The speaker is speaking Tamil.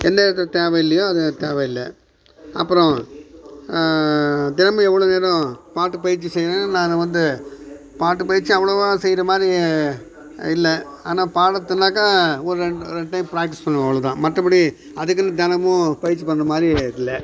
எந்த இடத்துல தேவை இல்லையோ அது தேவை இல்லை அப்புறம் தினமும் எவ்வளோ நேரம் பாட்டு பயிற்சி செய்யணுன்னு நான் வந்து பாட்டு பயிற்சி அவ்வளோவா செய்கிற மாதிரி இல்லை ஆனால் பாடத்துன்னாக்கால் ஒரு ரெண் ரெண்டு டைம் ப்ராக்டிஸ் பண்ணுவோம் அவ்வளோ தான் மற்றபடி அதுக்குனு தினமும் பயிற்சி பண்ணுற மாதிரி இல்லை